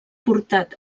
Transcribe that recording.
portat